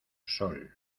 sol